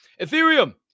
ethereum